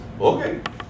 Okay